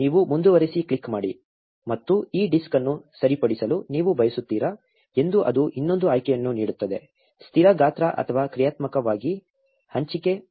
ನೀವು ಮುಂದುವರಿಸಿ ಕ್ಲಿಕ್ ಮಾಡಿ ಮತ್ತು ಈ ಡಿಸ್ಕ್ ಅನ್ನು ಸರಿಪಡಿಸಲು ನೀವು ಬಯಸುತ್ತೀರಾ ಎಂದು ಅದು ಇನ್ನೊಂದು ಆಯ್ಕೆಯನ್ನು ನೀಡುತ್ತದೆ ಸ್ಥಿರ ಗಾತ್ರ ಅಥವಾ ಕ್ರಿಯಾತ್ಮಕವಾಗಿ ಹಂಚಿಕೆ